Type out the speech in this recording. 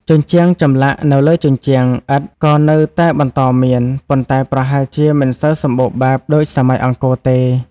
ជញ្ជាំង ចម្លាក់នៅលើជញ្ជាំងឥដ្ឋក៏នៅតែបន្តមាន ប៉ុន្តែប្រហែលជាមិនសូវសម្បូរបែបដូចសម័យអង្គរទេ។